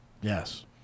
Yes